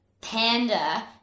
panda